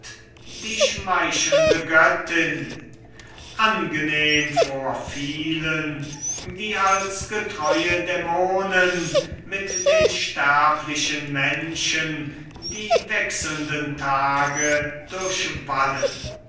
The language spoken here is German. die schmeichelnde göttin angenehm vor vielen die als getreue dämonen mit den sterblichen menschen die wechselnden tage